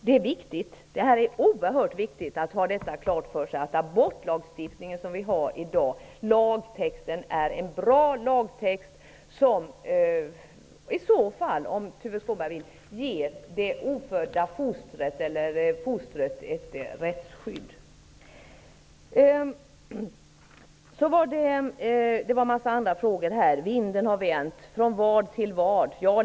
Det är viktigt, det är oerhört viktigt att ha klart för sig att lagtexten i den abortlagstiftning som vi har i dag är en bra lagtext, som -- om Tuve Skånberg vill se det så -- ger fostret ett rättsskydd. Det var en massa andra frågor också. Vinden har vänt, säger Tuve Skånberg. Från vad till vad? frågar jag mig då.